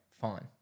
fine